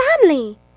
family